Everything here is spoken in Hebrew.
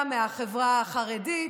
גם מהחברה החרדית.